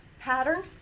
pattern